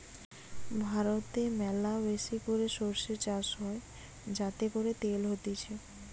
ভারতে ম্যালাবেশি করে সরষে চাষ হয় যাতে করে তেল হতিছে